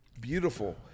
beautiful